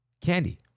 Candy